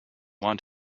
want